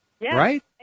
Right